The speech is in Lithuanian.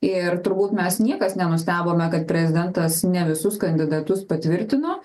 ir turbūt mes niekas nenustebome kad prezidentas ne visus kandidatus patvirtino